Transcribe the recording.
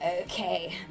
Okay